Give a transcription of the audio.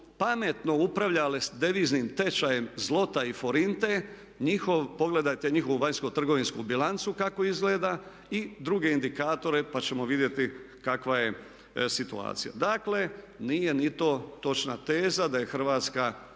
pametno upravljale s deviznim tečajem zlota i forinte njihov, pogledajte njihovu vanjsko-trgovinsku bilancu kako izgleda i druge indikatore, pa ćemo vidjeti kakva je situacija. Dakle, nije ni to točna teza da je Hrvatska,